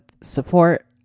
support